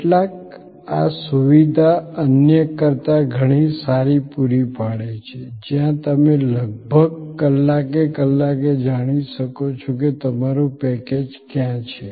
કેટલાક આ સુવિધા અન્ય કરતા ઘણી સારી પૂરી પાડે છે જ્યાં તમે લગભગ કલાકે કલાકે જાણી શકો છો કે તમારું પેકેજ ક્યાં છે